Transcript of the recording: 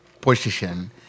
position